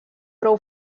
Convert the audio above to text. prou